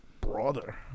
Brother